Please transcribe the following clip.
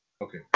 Okay